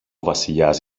βασιλιάς